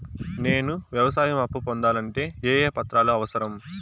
నేను వ్యవసాయం అప్పు పొందాలంటే ఏ ఏ పత్రాలు అవసరం?